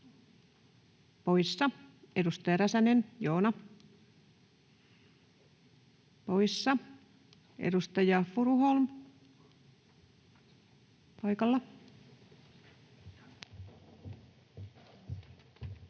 poissa, edustaja Räsänen, Joona poissa. — Edustaja Furuholm paikalla.